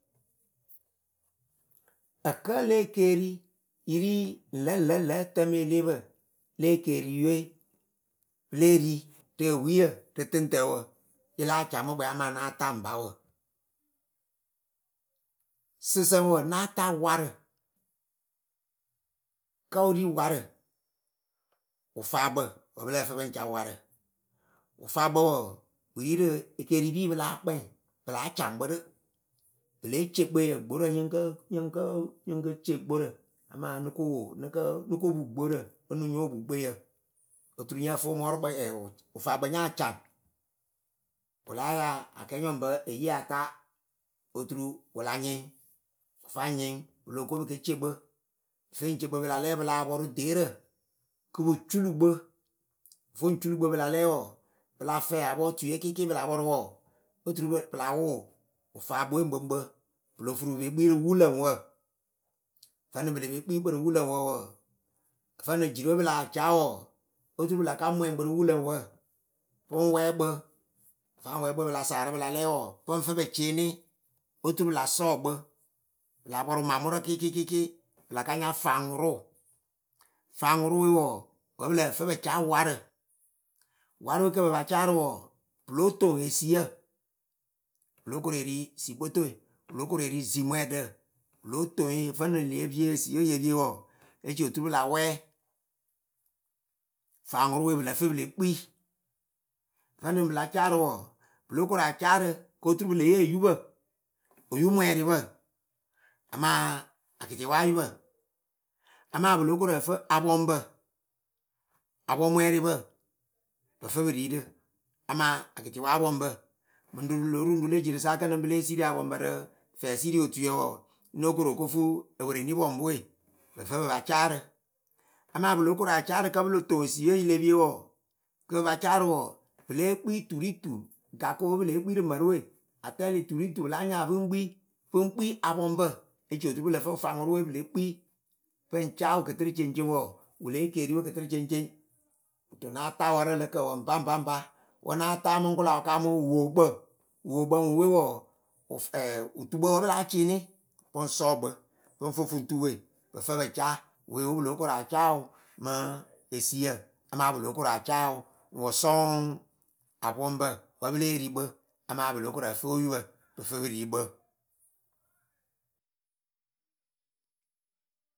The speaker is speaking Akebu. Ǝkǝ le ekeeri yɨ ri ŋlǝŋlǝ lǝ̌ tǝ me leepǝ le ekeeriye pɨ lée ri rɨ ewiyǝ rɨ tɨŋtǝǝwǝ yɨ láa ca mɨ amaa náa ŋpa wǝ sɨsǝŋwǝ náa taa warǝ kǝ́ wɨ ri warǝ wɨfaakpǝ wǝ́ pɨ lǝ́ǝ fɨ pɨ ŋ caa warǝ wɨfaakpǝ wǝǝ wɨ rirɨ ekeeripi pɨ láa kpɛŋ pɨ láa caŋ kpɨ rɨ pɨ lée ce kpeyǝ nyɨ ŋ kǝ nyɨ ŋ kǝ nyɨ ŋ ke ce gborǝ amaa nɨ ko wo nɨ kǝ nɨ ko pu gborǝ o nuŋ nyo pu kpeyǝ oturu nyǝ fɨ wɨfaakpǝ nya cɑŋ wɨ láa yaa kɛɛnyɔŋpǝ eyi ata oturu wɨ la nyɩŋ wɨ faŋ nyɩŋ pɨ loh ko pɨ ke cee kpɨ feŋce kpɨ pɨ la lɛ pɨ lah pɔrʊ deerǝ kɨ pɨ culu kpɨ voŋ culu kpɨ pɨ la lɛ wǝǝ pɨ la fɛɛ apɔɔtuye kɩɩkɩ pɨ la pɔrʊ wǝ oturu pɨ la wʊʊ wɨfaakpǝ we ŋkpǝŋkpǝ pɨ lo furu pɨ pe kpii rɨ wulǝŋwǝ vǝ nɨŋ pɨ le pe kpii kpɨ rɨ wulǝŋwǝ wǝǝ vǝnɨŋ jirǝ we pɨ lah caa wǝǝ oturu pɨ la ka mwɛŋkpǝ rɨ wulǝŋwǝ pɨŋ wɛɛ kpɨ vaŋ wɛɛ kpɨ pɨ la saarɨ pɨ la lɛ wǝǝ pɨ ŋ fɨ pǝ cɩɩnɩ oturu pɨ la sɔɔ kpɨ pɨ la pɔrʊ mamʊrǝ kɩɩkɩ kɩɩkɩ pɨ la ka nya faŋwʊrʊ faŋwʊrʊwe wǝǝ wǝ́ pɨ lǝɦ fɨ pɨ caa warǝ warɨwe kɨ pɨ pa caa rɨ wǝǝ pɨ lóo toŋ eisyǝ wɨ lóo koru e ri xikpotoe wɨ lóo koru e ri zimwɛɛɖǝ pɨ lóo toŋ yǝ fǝ nɨŋ le pie esiye ye pie wǝǝ e ci oturu pɨ la wɛɛ faŋwʊrʊ we pɨ lǝ fɨ pɨ le kpii vǝ nɨŋ pɨ la caa rɨ wǝǝ pɨ lóo koru aca rɨ kɨ oturu pɨ le yee oyupǝ oyumwɛɛrɩpǝ amaa akɩtɩwaayupǝ amaa pɨ lóo koru ǝ fɨ apɔŋpǝ apɔŋmwɛɛrɩpǝ oɨ fɨ pɨ ri rɨ amaa akɩtɩwaapɔŋpǝ mɨŋ ruŋruŋ lǒ ruŋruŋ le jirǝ sa ǝkǝnɨŋ pɨ lée siiri apɔŋpǝ rɨ fɛɛsiiotuyǝ wǝǝ nóo koru o ko fuu oporonipɔŋpǝ we pɨ fɨ pɨ pa caa rɨ amaa pɨ lóo koru acaa rɨ kǝ́ pɨ lo toŋ esiyǝ yɨ le pie wǝǝ kɨ pɨ pa caa rɨ wǝǝ pɨ lée kpii tu ri tu gakǝ oo pɨ lée kpii rɨ mǝrǝ we, atɛlɩ tu ti tu pɨ láa nyaalɨ pɨ ŋ kpii apɔŋpǝ e ci oturu pɨ lǝ fɨ faŋwʊrʊ we pɨ le kpii pɨ ŋ caa wɨ kɨtɨrɨceŋceŋ wǝǝ wɨ le yee keeriwe kɨtɨrɨceŋceŋ kɨto náa taa warǝ lǝ kǝǝwǝ ŋpa ŋpa ŋpa wǝ náa taa mɨŋ kʊla wɨ kaamɨ wookpǝ wookpǝ wɨ we wǝǝ wɨtukpǝ wǝ́ pɨ láa cɩɩnɩ pɨ ŋ sɔɔ kpɨ pɨ ŋ fɨ fuŋtuwe pɨ fɨ pɨ caa we oo pɨ lóo koru acaa wɨ mɨ esiyǝ amaa pɨ lóo koru acaa wǝ wɨ sɔŋ apɔŋpǝ wǝ́ pɨ lée ri kpǝ amaa pɨ lóo koru ǝfɨ oyupǝ pɨ fɨ pɨ ri kpɨ.